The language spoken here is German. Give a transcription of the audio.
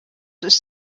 ist